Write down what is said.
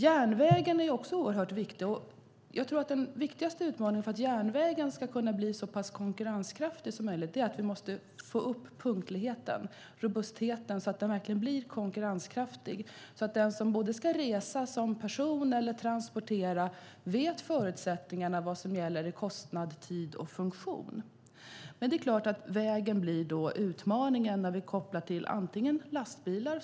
Järnvägen är också oerhört viktig. Den viktigaste utmaningen för att järnvägen ska kunna bli så konkurrenskraftig som möjligt är att få upp punktligheten och robustheten så att de verkligen blir konkurrenskraftiga. Den som ska resa som person eller transportera ska veta förutsättningarna och vad som gäller i kostnad, tid och funktion. Vägen blir utmaningen när vi kopplar till lastbilar.